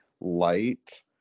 light